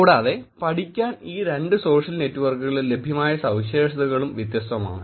കൂടാതെ പഠിക്കാൻ ഈ രണ്ട് സോഷ്യൽ നെറ്റ്വർക്കുകളിലും ലഭ്യമായ സവിശേഷതകളും വ്യത്യസ്തമാണ്